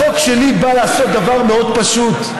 החוק שלי בא לעשות דבר מאוד פשוט: